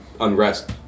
unrest